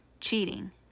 Cheating